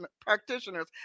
practitioners